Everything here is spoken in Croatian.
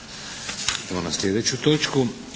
na sljedeću točku.